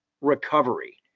recovery